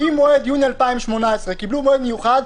אם מועד יולי 2018 קיבל מועד מיוחד,